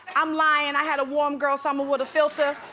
i'm lying i had a warm girl summer with a filter.